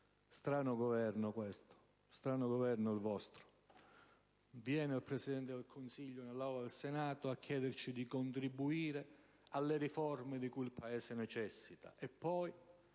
Strano Governo, questo; strano Governo, il vostro. Viene il Presidente del Consiglio nell'Aula del Senato a chiederci di contribuire alle riforme di cui il Paese necessita e poi,